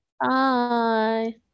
Bye